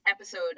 episode